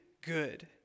good